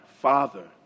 Father